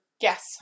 Yes